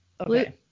Okay